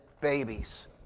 babies